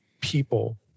people